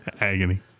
Agony